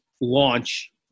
launch